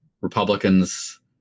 Republicans